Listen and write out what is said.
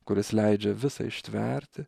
kuris leidžia visa ištverti